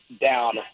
down